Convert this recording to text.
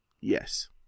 Yes